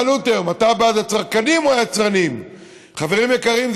שאלו אותי היום: אתה בעד הצרכנים או היצרנים ?חברים יקרים,